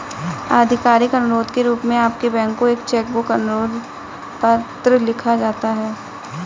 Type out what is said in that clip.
आधिकारिक अनुरोध के रूप में आपके बैंक को एक चेक बुक अनुरोध पत्र लिखा जाता है